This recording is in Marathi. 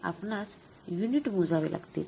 आपणास युनिट मोजावे लागतील